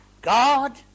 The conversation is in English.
God